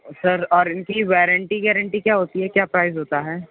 سر اور اِن کی وارنٹی گارنٹی کیا ہوتی ہے کیا پرائز ہوتا ہے